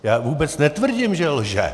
Já vůbec netvrdím, že lže.